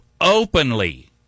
openly